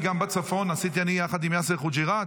זה מחייב חקיקה?